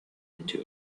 into